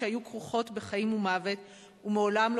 אין לה אישור להיות ממוקמת איפה שהיא